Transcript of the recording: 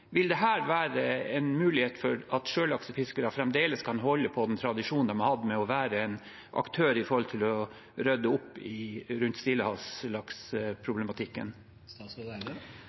Vil dette være en mulighet for sjølaksfiskere til fremdeles å holde på den tradisjonen de har hatt, gjennom å være en aktør for å rydde opp i